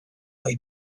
ohi